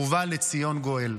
ובא לציון גואל.